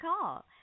call